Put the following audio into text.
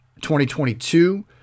2022